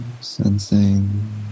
Sensing